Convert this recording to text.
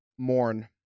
mourn